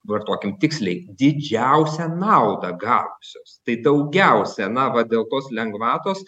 vartokim tiksliai didžiausią naudą gavusios tai daugiausia na va dėl tos lengvatos